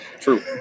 True